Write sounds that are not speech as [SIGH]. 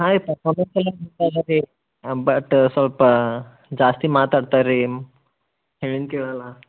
ಹಾಂ ರಿ ಪರ್ಫಾಮೆನ್ಸ್ ಎಲ್ಲ [UNINTELLIGIBLE] ಬಟ್ ಸ್ವಲ್ಪ ಜಾಸ್ತಿ ಮಾತಾಡ್ತಾರೆ ರೀ ಹೇಳಿದ್ ಕೇಳೋಲ್ಲ